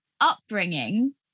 upbringing